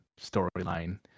storyline